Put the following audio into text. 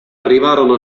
arrivarono